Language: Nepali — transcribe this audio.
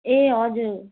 ए हजुर